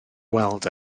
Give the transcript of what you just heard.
weld